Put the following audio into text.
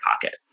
pocket